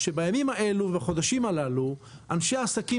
בימים האלו ובחודשים הללו אנשי עסקים